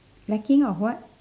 lacking of what